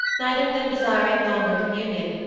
neither of them desiring longer communion,